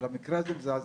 אבל המקרה הזה מזעזע.